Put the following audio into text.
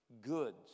goods